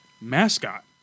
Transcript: mascot